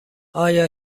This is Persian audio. آیا